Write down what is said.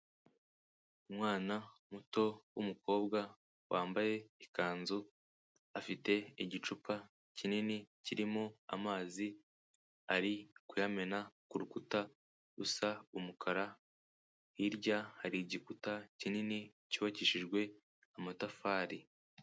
Umwana muto w'umukobwa wambaye ikanzu, afite igicupa kinini kirimo amazi, ari kuyamena ku rukuta rusa umukara, hirya hari igikuta kinini cyubakishijwe amatafari.